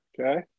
Okay